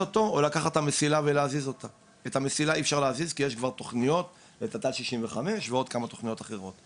וככל שיהיו להם יותר תשתיות סביב האזורים המועדים לשריפות,